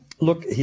Look